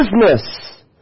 business